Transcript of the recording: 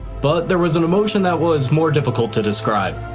but there was an emotion that was more difficult to describe.